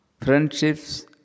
Friendships